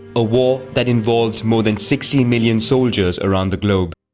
a war that involved more than sixty million soldiers around the globe.